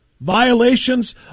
violations